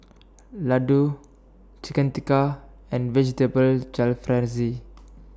Ladoo Chicken Tikka and Vegetable Jalfrezi